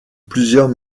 plusieurs